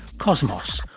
cosmos,